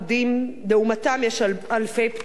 לעומתם יש אלפי פטורים.